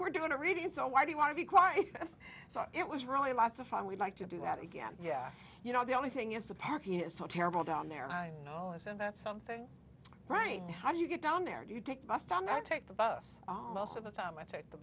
we're doing a reading so why do you want to be quite so it was really lots of fun we'd like to do that again yeah you know the only thing is the packing is so terrible down there i know isn't that something right now how do you get down there do you take my stomach i take the bus most of the time i take the